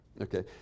Okay